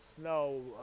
snow